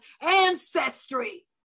ancestry